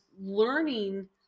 learning